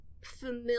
familiar